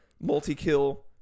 multi-kill